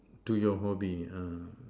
to your hobby uh